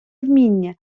вміння